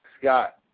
Scott